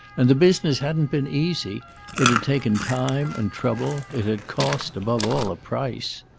and the business hadn't been easy it had taken time and trouble, it had cost, above all, a price.